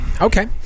Okay